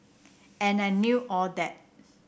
and I knew all that